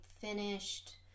finished